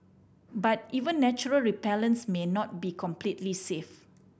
but even natural repellents may not be completely safe